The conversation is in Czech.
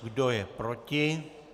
Kdo je proti?